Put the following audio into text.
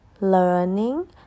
learning